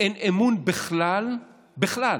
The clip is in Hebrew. אין אמון בכלל בכלל